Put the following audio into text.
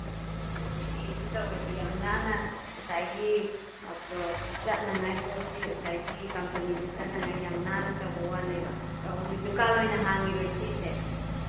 ꯑꯥꯎ ꯏꯁꯇ꯭ꯔꯤꯁꯨ ꯇꯧꯋꯦꯕ ꯌꯥꯝ ꯅꯥꯟꯅ ꯉꯁꯥꯏꯒꯤ ꯆꯠꯅꯉꯥꯏ ꯄꯣꯠꯁꯤ ꯉꯁꯥꯏꯒꯤ ꯀꯝꯄꯅꯤꯁꯤ ꯆꯠꯅꯉꯥꯏꯒꯤ ꯌꯥꯝ ꯅꯥꯟꯅ ꯇꯧꯕꯒꯤ ꯋꯥꯅꯦꯕ ꯑꯥꯎ ꯗꯨꯀꯥꯟ ꯑꯣꯏꯅ ꯍꯥꯡꯉꯤꯕ꯭ꯔꯣ ꯏꯆꯦꯒꯤꯁꯦ